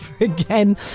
again